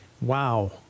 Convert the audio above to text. Wow